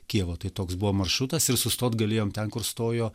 kijevo tai toks buvo maršrutas ir sustot galėjom ten kur stojo